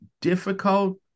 difficult